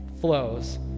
flows